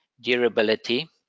durability